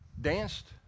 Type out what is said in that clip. danced